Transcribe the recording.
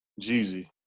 Jeezy